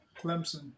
Clemson